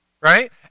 right